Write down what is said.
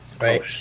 right